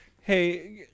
Hey